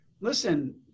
listen